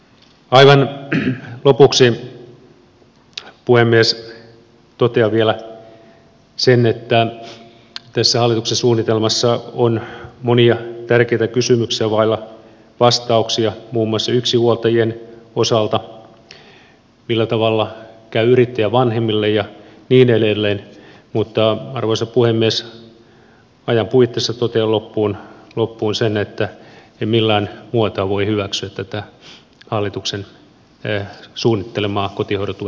aivan lopuksi puhemies totean vielä sen että tässä hallituksen suunnitelmassa on monia tärkeitä kysymyksiä vailla vastauksia muun muassa yksinhuoltajien osalta millä tavalla käy yrittäjävanhemmille ja niin edelleen mutta arvoisa puhemies ajan puitteissa totean loppuun sen että en millään muotoa voi hyväksyä tätä hallituksen suunnittelemaa kotihoidon tuen leikkausta